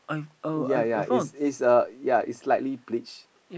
ya ya is is a ya is slightly bleach